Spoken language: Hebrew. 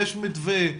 יש מתווה?